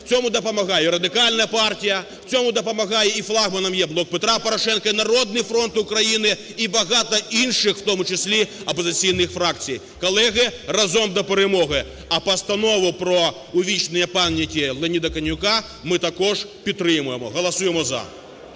В цьому допомагає Радикальна партія, в цьому допомагає і флагманом є "Блок Петра Порошенка", і "Народний фронт" України і багато інших, в тому числі, опозиційних фракцій. Колеги, разом до перемоги. А постанову про увічнення пам'яті Леоніда Канюка ми також підтримуємо, голосуємо "за".